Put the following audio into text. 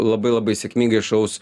labai labai sėkmingai šaus